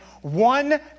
one